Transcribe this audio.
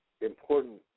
important